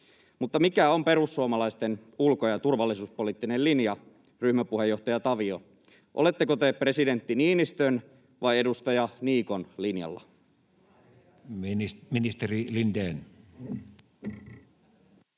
Mutta mikä on perussuomalaisten ulko- ja turvallisuuspoliittinen linja, ryhmäpuheenjohtaja Tavio? Oletteko te presidentti Niinistön vai edustaja Niikon linjalla? [Speech 70]